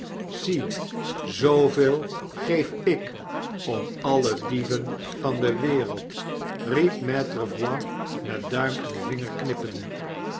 zie zooveel geef ik om alle dieven van de wereld riep maitre voigt met duim en vinger knippende